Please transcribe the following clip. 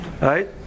right